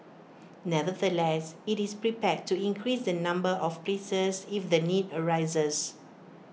nevertheless IT is prepared to increase the number of places if the need arises